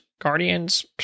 Guardians